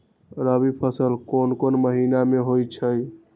रबी फसल कोंन कोंन महिना में होइ छइ?